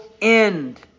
end